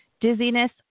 dizziness